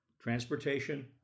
transportation